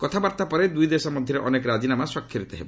କଥାବାର୍ତ୍ତା ପରେ ଦୁଇଦେଶ ମଧ୍ୟରେ ଅନେକ ରାଜିନାମା ସ୍ୱାକ୍ଷରିତ ହେବ